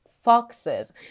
foxes